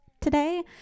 today